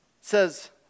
says